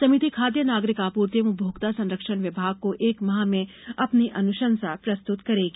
समिति खाद्य नागरिक आपूर्ति एवं उपभोक्ता संरक्षण विभाग को एक माह में अपनी अनुशंसा प्रस्तुत करेगी